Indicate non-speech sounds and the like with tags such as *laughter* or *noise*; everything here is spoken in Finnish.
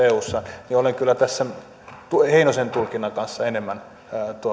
*unintelligible* eussa niin olen kyllä tässä heinosen tulkinnan kannalla enemmän